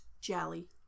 jelly